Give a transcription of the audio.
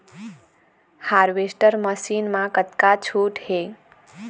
Harvester machine मा कतका छूट हे?